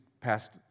passed